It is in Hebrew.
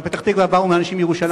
אבל לפתח-תקווה באו אנשים מירושלים.